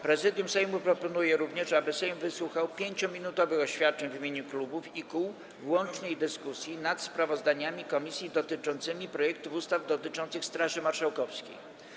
Prezydium Sejmu proponuje również, aby Sejm wysłuchał 5-minutowych oświadczeń w imieniu klubów i kół w łącznej dyskusji nad sprawozdaniami komisji dotyczącymi projektów ustaw dotyczących Straży Marszałkowskiej.